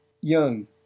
young